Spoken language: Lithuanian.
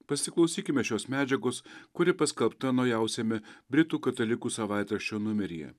pasiklausykime šios medžiagos kuri paskelbta naujausiame britų katalikų savaitraščio numeryje